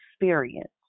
experience